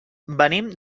venim